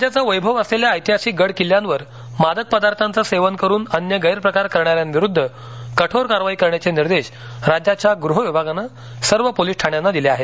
राज्याचं वैभव असलेल्या ऐतिहासिक गड किल्ल्यांवर मादक पदार्थांचं सेवन करुन अन्य गैरप्रकार करणाऱ्यांविरुद्ध कठोर कारवाई करण्याचे निर्देश राज्याच्या गृह विभागानं सर्व पोलीस ठाण्यांना दिले आहेत